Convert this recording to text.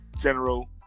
general